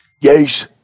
Yes